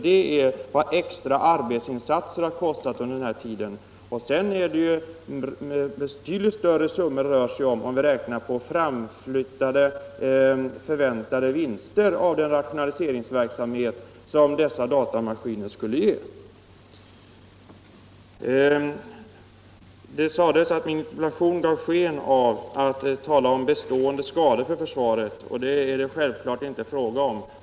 Detta är vad extra arbetsinsatser har kostat under den här tiden. Men det blir betydligt större summor, om vi räknar med framflyttade förväntade vinster av den rationalisering som dessa datamaskiner skulle innebära. Det sades att min interpellation gav sken av att det skulle ha uppkommit bestående skador för försvaret. Det är det självfallet inte fråga om.